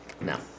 No